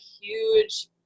huge